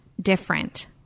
different